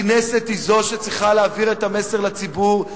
הכנסת היא שצריכה להעביר את המסר לציבור,